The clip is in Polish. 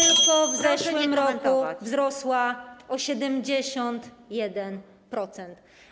tylko w zeszłym roku wzrosła o 71%.